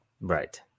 Right